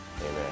amen